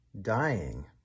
dying